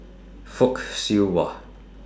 Fock Siew Wah